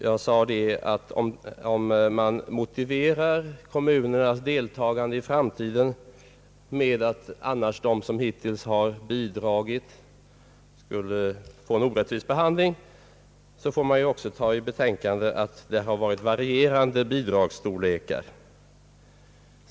Jag sade att om man motiverar kommunernas deltagande i dessa kostnader även i framtiden med att de som hittills bidragit annars skulle få en orättvis behandling, så får man också betänka att det varit varierande bidragsstorlekar.